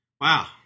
Wow